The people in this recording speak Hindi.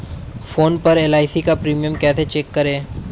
फोन पर एल.आई.सी का प्रीमियम कैसे चेक करें?